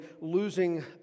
losing